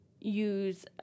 use